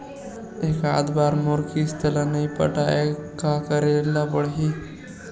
एकात बार मोर किस्त ला नई पटाय का करे ला पड़ही?